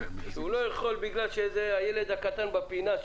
שהוא לא יכול בגלל הילד הקטן בפינה,